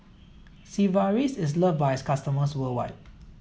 Sigvaris is loved by its customers worldwide